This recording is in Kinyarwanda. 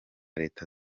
leta